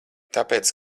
tāpēc